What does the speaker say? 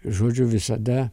žodžiu visada